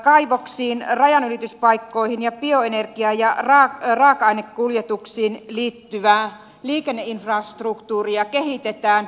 kaivoksiin rajanylityspaikkoihin ja bioenergia ja raaka ainekuljetuksiin liittyvää liikenneinfrastruktuuria kehitetään